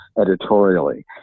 editorially